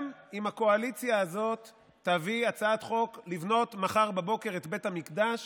גם אם הקואליציה הזאת תביא הצעת חוק לבנות מחר בבוקר את בית המקדש,